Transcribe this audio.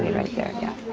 right there. yeah.